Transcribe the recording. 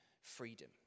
freedom